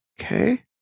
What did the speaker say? Okay